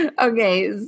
Okay